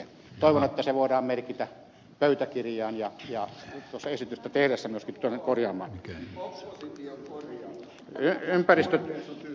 toivon että se voidaan merkitä pöytäkirjaan ja esitystä tehdessä myöskin tullaan korjaamaan